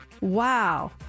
Wow